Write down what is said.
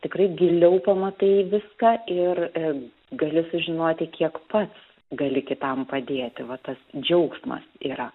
tikrai giliau pamatai viską ir gali sužinoti kiek pats gali kitam padėti va tas džiaugsmas yra